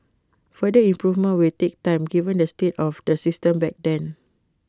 further improvements will take time given the state of the system back then